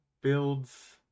builds